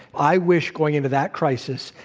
i wish, going into that crisis,